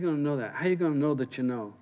you don't know that i don't know that you know